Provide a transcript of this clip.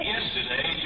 Yesterday